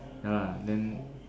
ya lah then